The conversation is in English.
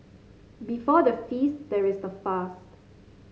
before the feast there is the fast